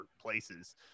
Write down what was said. places